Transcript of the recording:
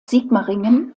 sigmaringen